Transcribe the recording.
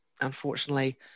unfortunately